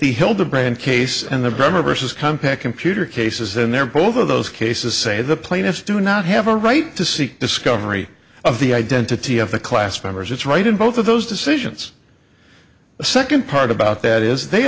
the hildebrand case and the bremmer versus compaq computer cases in there both of those cases say the plaintiffs do not have a right to seek discovery of the identity of the class members it's right in both of those decisions the second part about that is they